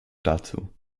dazu